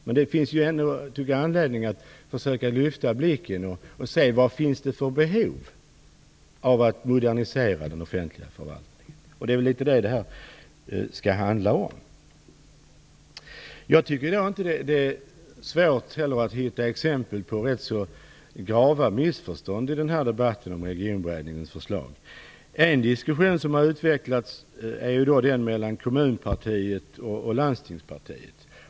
Men det finns ändå anledning att försöka lyfta blicken och se vad det finns för behov av att modernisera den offentliga förvaltningen, vilket är litet grand av vad detta skall handla om. Det är inte heller svårt att hitta exempel på ganska grava missförstånd i debatten om Regionberedningens förslag. En diskussion som har utvecklats är den mellan Kommunpartiet och Landstingspartiet.